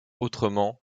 autrement